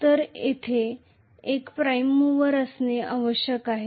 तर तेथे एक प्राइम मूवर असणे आवश्यक आहे